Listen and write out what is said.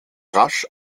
rasch